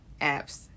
apps